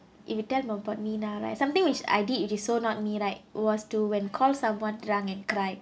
if you tell them about me now right something which I did if it so not me right was to when called someone drunk and cry